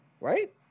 Right